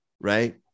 right